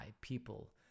people